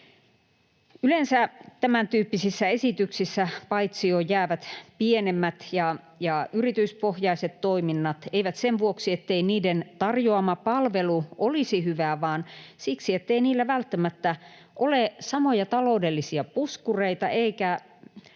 Yleensä tämäntyyppisissä esityksissä paitsioon jäävät pienemmät ja yrityspohjaiset toiminnat — eivät sen vuoksi, ettei niiden tarjoa-ma palvelu olisi hyvää, vaan siksi, ettei niillä välttämättä ole samoja taloudellisia puskureita eikä